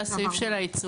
לגבי הסעיף של העיצומים,